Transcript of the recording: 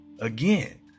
again